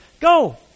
Go